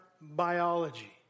biology